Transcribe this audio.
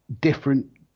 different